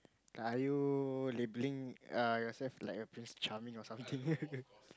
are you labeling uh yourself like a Prince charming or something